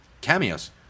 cameos